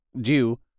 due